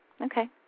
Okay